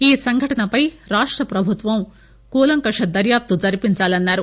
ఈ సంఘటనపై రాష్ట ప్రభుత్వం కూలంకష దర్యాప్తు జరిపించాలన్నారు